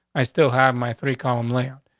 i still have my three column land.